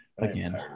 Again